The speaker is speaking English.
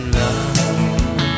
love